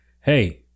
Hey